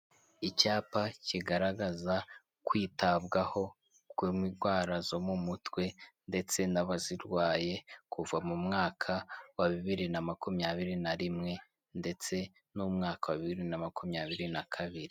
Icyapa kigaragaza kwitabwaho ku indwara zo mu mutwe ndetse n'abazirwaye kuva mu mwaka wa bibiri na makumyabiri na rimwe, ndetse n'umwaka wa bibiri na makumyabiri na kabiri.